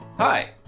Hi